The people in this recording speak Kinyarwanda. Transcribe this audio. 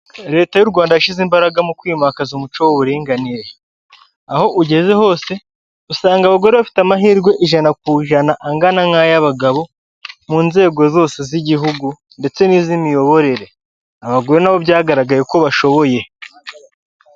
Leta y'u Rwanda yashyize imbaraga mu kwimakaza umuco w'uburinganire, aho ugeze hose usanga abagore bafite amahirwe ijana ku ijana angana nka ayabagabo mu nzego zose z'igihugu ndetse n'izimiyoborere. Abagore nabo byagaragaye ko bashoboye.